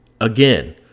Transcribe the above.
Again